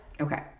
Okay